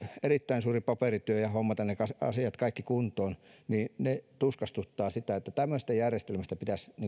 erittäin suuri paperityö ja hommata kaikki asiat kuntoon eli nämä tuskastuttavat tämmöisestä järjestelmästä pitäisi